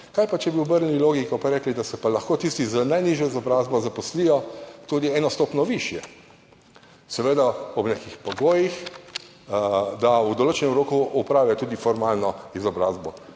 Kaj pa če bi obrnili logiko pa rekli, da se pa lahko tisti z najnižjo izobrazbo zaposlijo tudi eno stopnjo višje? Seveda ob nekih pogojih, da v določenem roku opravijo tudi formalno izobrazbo.«